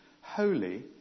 holy